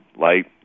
light